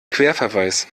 querverweis